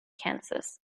kansas